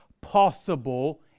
possible